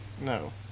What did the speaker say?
No